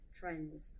trends